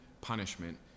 punishment